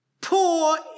poor